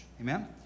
Amen